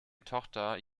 tochter